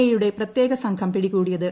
എയുടെ പ്രത്യേക സംഘം പിടികൂടിയത്